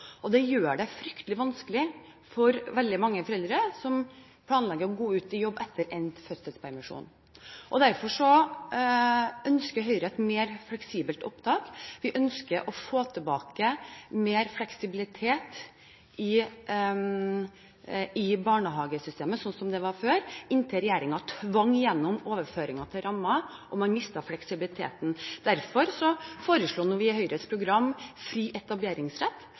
barnehageplass. Det gjør det fryktelig vanskelig for veldig mange foreldre som planlegger å gå ut i jobb etter endt fødselspermisjon. Derfor ønsker Høyre et mer fleksibelt opptak, med mer fleksibilitet i barnehagesystemet, slik det var før regjeringen tvang gjennom overføringer til rammer, og man mistet fleksibiliteten. Derfor foreslår vi fri etableringsrett, kommunal stykkpris og full likebehandling i Høyres program.